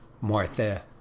Martha